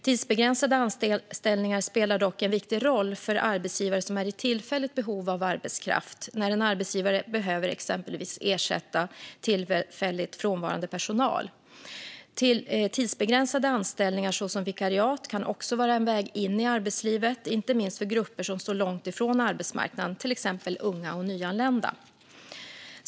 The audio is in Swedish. Tidsbegränsade anställningar spelar dock en viktig roll för arbetsgivare som är i tillfälligt behov av arbetskraft, när en arbetsgivare exempelvis behöver ersätta tillfälligt frånvarande personal. Tidsbegränsade anställningar, såsom vikariat, kan också vara en väg in i arbetslivet, inte minst för grupper som står långt ifrån arbetsmarknaden, till exempel unga och nyanlända.